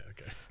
okay